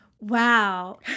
Wow